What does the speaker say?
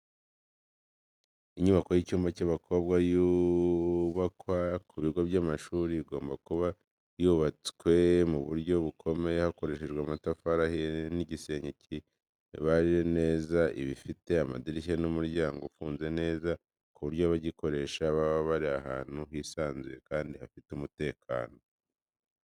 Inyubako y'icyumba cy’abakobwa yubakwa ku bigo by'amashuri, igomba kuba yubatswe mu buryo bukomeye hakoreshejwe amatafari ahiye n’igisenge kibajije neza. Iba ifite amadirishya n’umuryango ufunze neza, ku buryo abagikoresha baba bari ahantu hisanzuye kandi hafite umutekano.